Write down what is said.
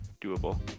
doable